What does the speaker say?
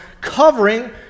covering